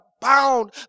bound